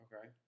Okay